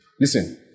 listen